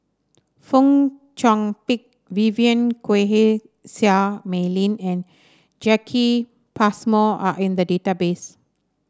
Fong Chong Pik Vivien Quahe Seah Mei Lin and Jacki Passmore are in the database